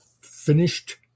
finished